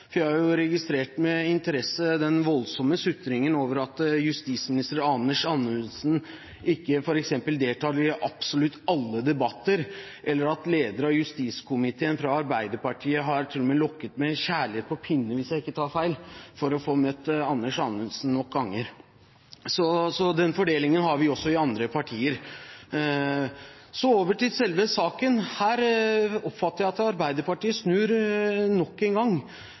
for å få møte Anders Anundsen nok ganger. Så den fordelingen har vi også i andre partier. Så over til selve saken. Her oppfatter jeg at Arbeiderpartiet snur nok en gang.